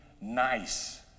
nice